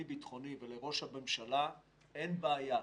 המדיני-ביטחוני ולראש הממשלה, אין בעיה.